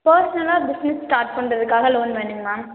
பர்ஸ்னலாக business start பண்ணுறதுக்காக loan வேணும்ங்க மேம்